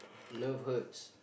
love hurts